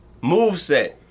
Moveset